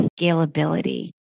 scalability